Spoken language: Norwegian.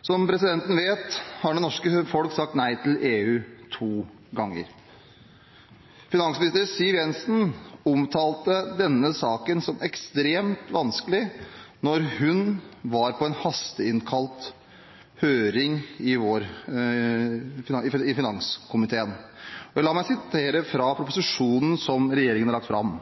Som presidenten vet, har det norske folk sagt nei til EU to ganger. Finansminister Siv Jensen omtalte denne saken som ekstremt vanskelig da hun var på en hasteinnkalt høring i vår i finanskomiteen. La meg sitere fra proposisjonen som regjeringen har lagt fram: